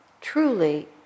truly